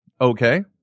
Okay